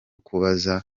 kubaza